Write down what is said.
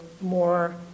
more